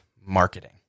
marketing